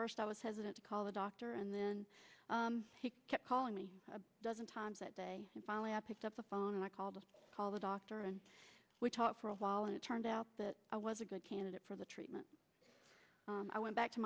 first i was hesitant to call the doctor and then he kept calling me a dozen times that day and finally i picked up the phone and i call the doctor and we talked for a while and it turned out that i was a good candidate for the treatment i went